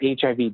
HIV